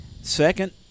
Second